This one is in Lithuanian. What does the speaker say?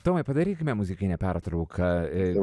tomai padarykime muzikinę pertrauką ir